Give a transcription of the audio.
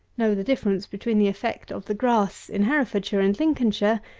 know the difference between the effect of the grass in herefordshire and lincolnshire,